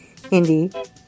indie